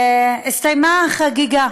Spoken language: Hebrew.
הסתיימה החגיגה,